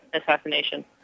assassination